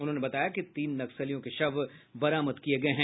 उन्होंने बताया कि तीन नक्सलियों के शव बरामद किये गये हैं